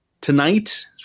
tonight